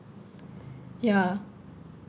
ya